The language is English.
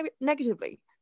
negatively